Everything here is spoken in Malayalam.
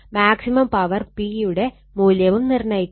മാക്സിമം പവർ P യുടെ മൂല്യവും നിർണ്ണയിക്കുക